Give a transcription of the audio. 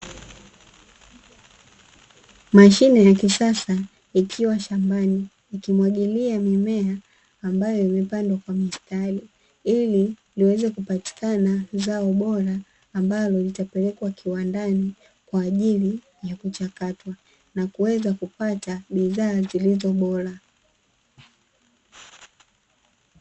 Mashine ya kisasa ikiwa shambani, ikimwagilia mimea ambayo imepandwa kwa mistari ili iweze kupatikana zao bora, ambalo litapelekwa kiwandani kwa ajili ya kuchakatwa na kuweza kupata bidhaa zilizo bora.